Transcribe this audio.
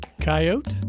Coyote